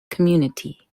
community